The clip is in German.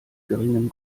geringen